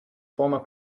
former